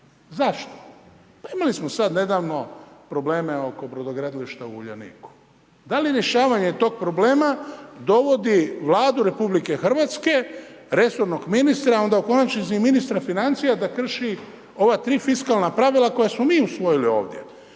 Zašto? Imali smo sad nedavno probleme oko brodogradilišta u Uljaniku. Da li rješavanje tog problema dovodi Vladu RH, resornog ministra, onda u konačnici i ministra financija da krši ova tri fiskalna pravila koja smo mi usvojili ovdje.